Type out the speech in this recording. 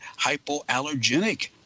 hypoallergenic